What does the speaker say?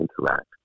interact